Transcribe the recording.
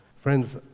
Friends